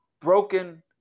broken